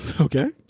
okay